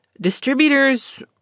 distributors